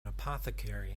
apothecary